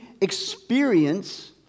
experience